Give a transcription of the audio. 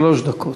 שלוש דקות.